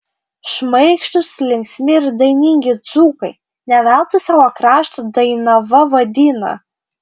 šmaikštūs linksmi ir dainingi dzūkai ne veltui savo kraštą dainava vadina